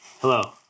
Hello